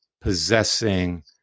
possessing